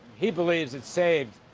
he believes it saved,